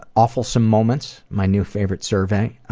awfulsome moments, my new favorite survey. ah,